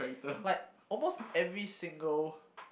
like almost every single